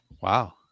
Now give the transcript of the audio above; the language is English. Wow